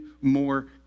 more